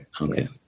Okay